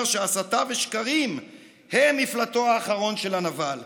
שהסתה ושקרים הם מפלטו האחרון של הנבל.